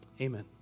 amen